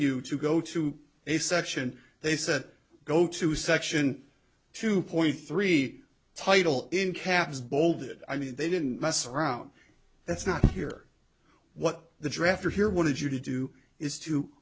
you to go to a section they said go to section two point three title in caps bold it i mean they didn't mess around that's not here what the drafter here wanted you to do is to